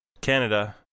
Canada